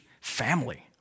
family